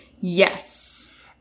Yes